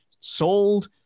sold